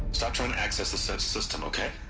stop trying to access the so s-system, okay?